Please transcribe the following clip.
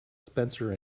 spencer